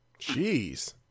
Jeez